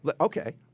Okay